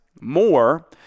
more